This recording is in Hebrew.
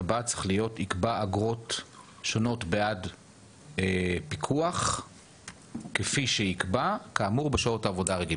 שיקבע אגרות שונות בעד פיקוח כאמור בשעות העבודה הרגילות